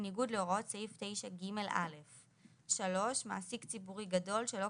בניגוד להוראות סעיף 9ג(א); (3)מעסיק ציבורי גדול שלא